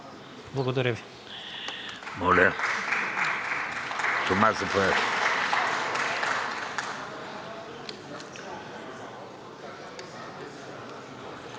Благодаря